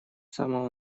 самого